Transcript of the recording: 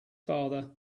father